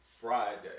Friday